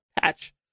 patch